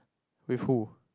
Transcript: with who